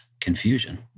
Confusion